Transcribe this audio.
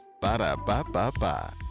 Ba-da-ba-ba-ba